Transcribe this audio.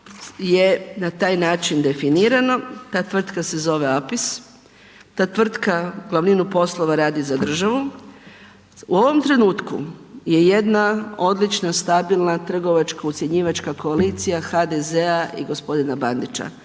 je na taj način definirano, ta tvrtka se zove Apis, ta tvrtka glavninu poslova radi za državu. U ovom trenutku je jedna odlična stabilna trgovačko-ucjenjivačka koalicija HDZ-a i g. Bandića.